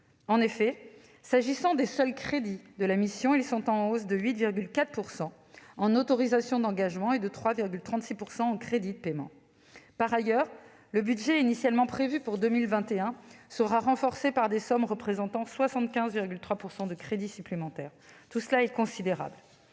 En effet, s'agissant des seuls crédits de la mission, ils sont en hausse de 8,4 % en autorisations d'engagement et de 3,36 % en crédits de paiement. Par ailleurs, le budget initialement prévu pour 2021 sera renforcé par des sommes représentant 75,3 % de crédits supplémentaires. Tout cela est considérable.